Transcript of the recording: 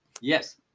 Yes